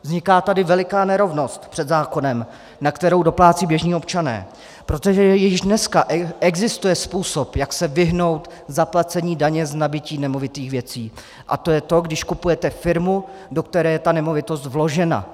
Vzniká tady veliká nerovnost před zákonem, na kterou doplácejí běžní občané, protože již dnes existuje způsob, jak se vyhnout zaplacení daně z nabytí nemovitých věcí, a to je to, když kupujete firmu, do které je ta nemovitost vložena.